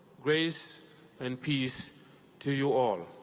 grace and peace to you all.